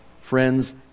Friends